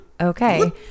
okay